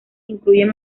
incluyen